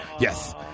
yes